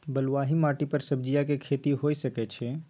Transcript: बलुआही माटी पर सब्जियां के खेती होय सकै अछि?